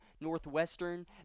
Northwestern